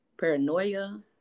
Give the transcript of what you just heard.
paranoia